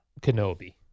Kenobi